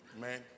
man